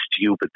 stupid